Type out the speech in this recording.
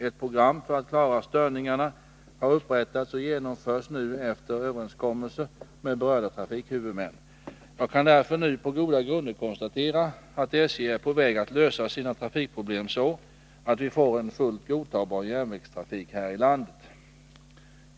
Ett program för att klara störningarna har upprättats och genomförs nu efter överenskommelser med berörda trafikhuvudmän. Jag kan därför nu på goda grunder konstatera att SJ är på väg att lösa sina trafikproblem så att vi får en fullt godtagbar järnvägstrafik här i landet.